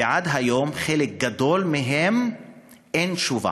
ועד היום לחלק גדול מהן אין תשובה.